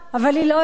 אבל היא לא אצלכם,